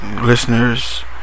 Listeners